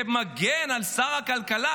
ומגן על שר הכלכלה,